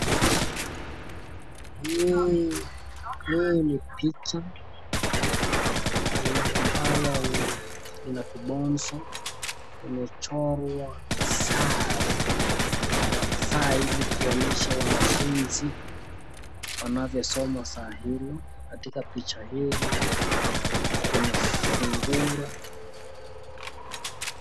Hii ni picha ambalo lina vibonzo, limechorwa saa ili kuonyesha wanafunzi wanavyosoma saa hilo katika picha hili kuna sungura.